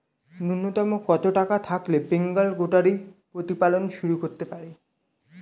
নূন্যতম কত টাকা থাকলে বেঙ্গল গোটারি প্রতিপালন শুরু করতে পারি?